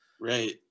Right